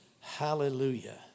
Hallelujah